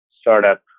startup